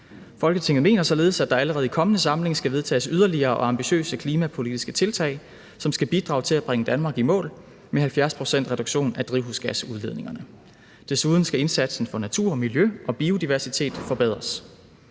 Folketinget mener således, at der allerede i kommende samling skal vedtages yderligere og ambitiøse klimapolitiske tiltag, som skal bidrage til at bringe Danmark i mål med 70 pct. reduktion af drivhusgasudledningerne. Desuden skal indsatsen for natur, miljø og biodiversitet forbedres.